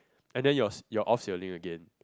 and then yours you off sailing again